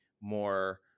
more